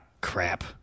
crap